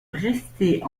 rester